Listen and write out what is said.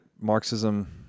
Marxism